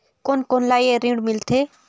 कोन कोन ला ये ऋण मिलथे?